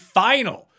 final